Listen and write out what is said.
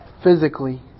physically